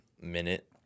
minute